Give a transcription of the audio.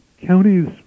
Counties